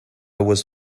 was